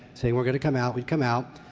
say we're going to come out. we'd come out,